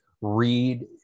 read